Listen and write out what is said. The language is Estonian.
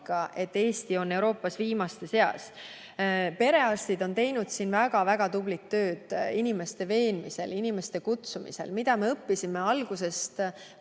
et Eesti on Euroopas viimaste seas. Perearstid on teinud väga-väga tublit tööd inimeste veenmisel, inimeste kutsumisel. Alguses,